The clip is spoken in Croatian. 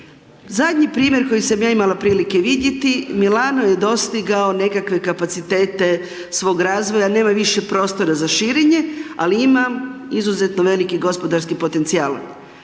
Zadnji primjer koji sam ja imala prilike i vidjeti Milano je dostigao nekakve kapacitete svog razvoja, nema više prostora za širenje ali ima izuzetno veliki gospodarski potencija.